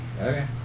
Okay